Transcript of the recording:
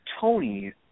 Tony